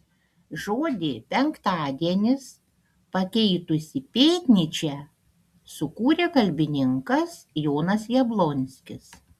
žodį penktadienis pakeitusį pėtnyčią sukūrė kalbininkas jonas jablonskis